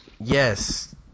Yes